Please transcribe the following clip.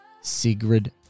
Sigrid